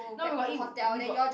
no we got eat we got